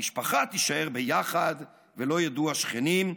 // המשפחה תישאר ביחד / ולא ידעו השכנים,